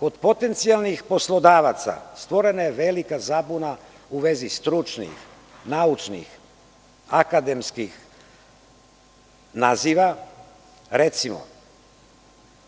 Kod potencijalnih poslodavaca stvorena je velika zabuna u vezi stručnih, naučnih, akademskih naziva, recimo